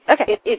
Okay